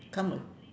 come